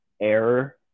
error